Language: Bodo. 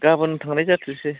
गाबोन थांनाय जाथोंसै